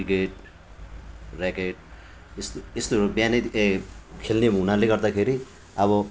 cricket racket यस्तो यस्तोहरू बिहानै ए खेल्ने हुनाले गर्दाखेरि अब